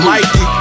Mikey